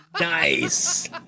Nice